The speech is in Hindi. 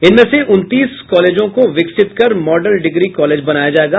इनमें से उनतीस कॉलेजों को विकसित कर मॉडल डिग्री कॉलेज बनाया जायेगा